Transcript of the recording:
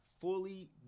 fully